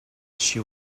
she